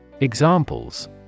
Examples